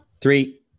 Three